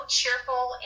cheerful